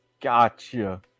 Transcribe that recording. Gotcha